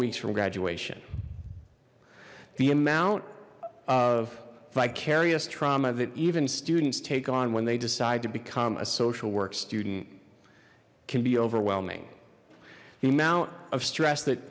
weeks from graduation the amount of vicarious trauma that even students take on when they decide to become a social work student can be overwhelming the amount of stress that